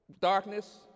Darkness